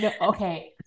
okay